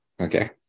Okay